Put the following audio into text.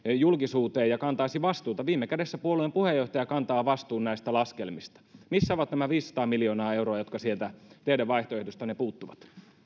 julkisuuteen ja kantaisi vastuuta viime kädessä puolueen puheenjohtaja kantaa vastuun näistä laskelmista missä ovat nämä viisisataa miljoonaa euroa jotka sieltä teidän vaihtoehdostanne puuttuvat